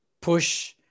push